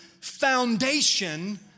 foundation